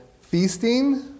Feasting